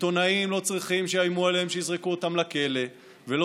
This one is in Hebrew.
עיתונאים לא צריכים שיאיימו עליהם שיזרקו אותם לכלא ולא